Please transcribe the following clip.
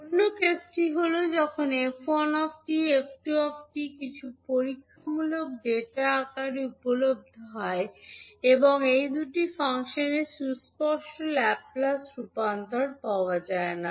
অন্য কেসটি হল যখন f1 𝑡 এবং 𝑓2 𝑡 কিছু পরীক্ষামূলক ডেটা আকারে উপলব্ধ হয় এবং এই দুটি ফাংশনের সুস্পষ্ট ল্যাপ্লেস রূপান্তর পাওয়া যায় না